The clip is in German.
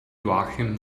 joachim